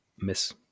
miss